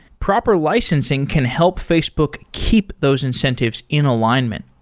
proper licensing can help facebook keep those incentives in alignment.